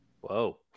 Whoa